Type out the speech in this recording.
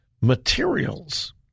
materials